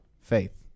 faith